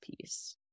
piece